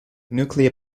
nuclear